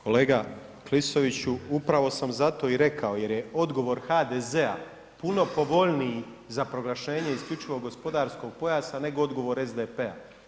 Kolega Klisoviću, upravo sam zato i rekao jer je odgovor HDZ-a puno povoljniji za proglašenje isključivog gospodarskog pojasa nego odgovor SDP-a.